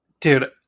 dude